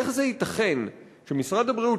איך זה ייתכן שמשרד הבריאות,